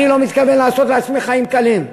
אני לא מתכוון לעשות לעצמי חיים קלים.